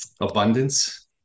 abundance